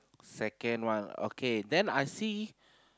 second one okay then I see